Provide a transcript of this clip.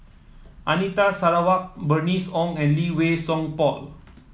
Anita Sarawak Bernice Ong and Lee Wei Song Paul